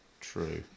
True